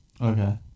Okay